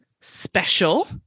special